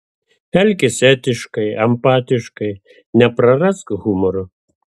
elkis etiškai empatiškai neprarask humoro